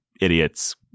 idiots